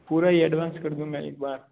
पूरा ही एडवांस कर दूँगा मैं एक बार